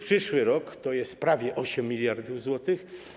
Przyszły rok to jest prawie 8 mld zł.